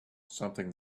something